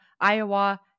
Iowa